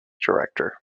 director